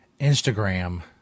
Instagram